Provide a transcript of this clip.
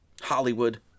Hollywood